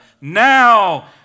now